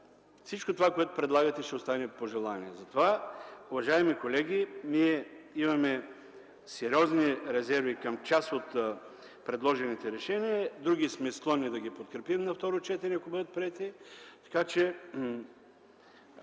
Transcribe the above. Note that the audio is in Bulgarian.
всичко това, което предлагате, ще остане пожелание. Уважаеми колеги, ние имаме сериозни резерви към част от предложените решения, други сме склонни да подкрепим на второ четене, ако бъдат приети.